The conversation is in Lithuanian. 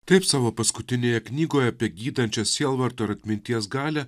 taip savo paskutinėje knygoje apie gydančią sielvarto ir atminties galią